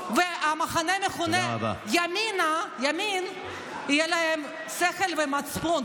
ומהמחנה המכונה ימין יהיה שכל ומצפון.